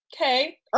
okay